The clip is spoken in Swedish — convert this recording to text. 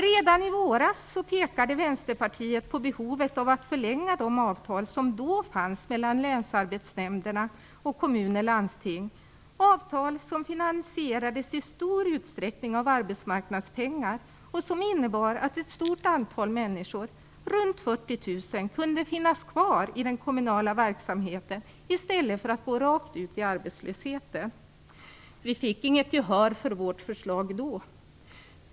Redan i våras pekade Vänsterpartiet på behovet av att förlänga de avtal som då fanns mellan länsarbetsnämnderna och kommuner och landsting, avtal som i stor utsträckning finansierades av arbetsmarknadspengar. De innebar att ett stort antal människor, runt 40 000, kunde finnas kvar i den kommunala verksamheten i stället för att gå rakt ut i arbetslösheten. Vi fick inget gehör för vårt förslag då.